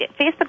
Facebook